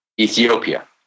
Ethiopia